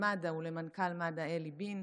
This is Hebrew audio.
למד"א ולמנכ"ל מד"א אלי בין,